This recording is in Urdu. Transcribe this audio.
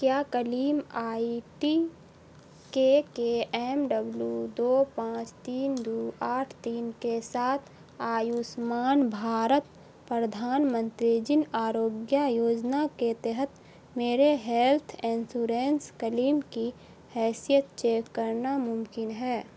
کیا claim I T K K M W دو پانچ تین دو آٹھ تین کے ساتھ آیوشمان بھارت پردھان منتری جن آروگیہ یوجنا کے تحت میرے ہیلتھ انشورنس کلیم کی حیثیت چیک کرنا ممکن ہے